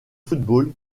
football